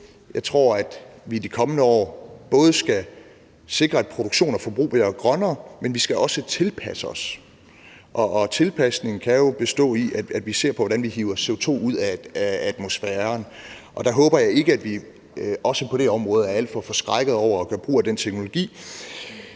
Jeg tror, at vi i de kommende år både skal sikre, at produktion og forbrug bliver grønnere, men også at vi skal tilpasse os, og tilpasning kan jo bestå i, at vi ser på, hvordan vi hiver CO2 ud af atmosfæren. Der håber jeg heller ikke, at vi på det område er alt for forskrækkede over for at gøre brug af den teknologi.